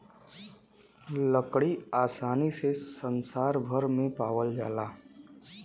लकड़ी आसानी से संसार भर में पावाल जाला